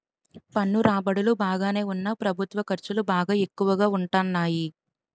పన్ను రాబడులు బాగానే ఉన్నా ప్రభుత్వ ఖర్చులు బాగా ఎక్కువగా ఉంటాన్నాయి